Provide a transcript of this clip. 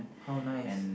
how nice